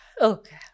okay